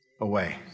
away